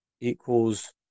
Equals